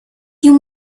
you